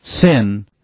Sin